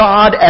God